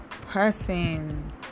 person